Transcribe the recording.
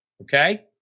Okay